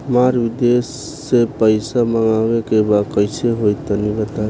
हमरा विदेश से पईसा मंगावे के बा कइसे होई तनि बताई?